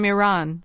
Iran